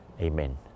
amen